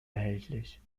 erhältlich